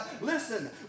Listen